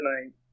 tonight